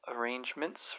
arrangements